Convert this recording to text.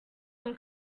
him